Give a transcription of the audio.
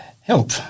Help